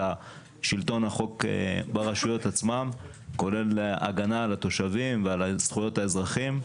שלטון החוק ברשויות עצמן כולל הגנה על התושבים ועל זכויות האזרחים.